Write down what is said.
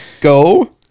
Go